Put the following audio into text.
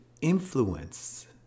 influence